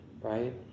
right